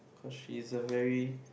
cause she is a very